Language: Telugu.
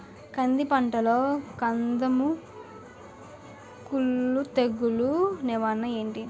కంది పంటలో కందము కుల్లు తెగులు నివారణ ఏంటి?